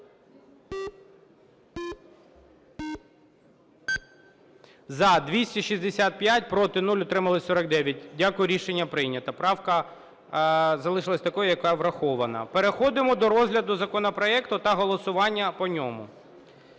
За-265 Проти – 0, утрималися – 49. Дякую. Рішення прийнято. Правка залишилась такою, яка врахована. Переходимо до розгляду законопроекту та голосуванню по ньому.